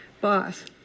boss